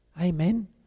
Amen